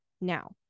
now